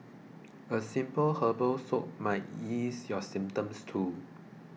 a simple herbal soak may ease your symptoms too